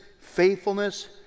faithfulness